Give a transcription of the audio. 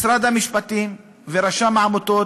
משרד המשפטים ורשם העמותות,